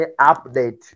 update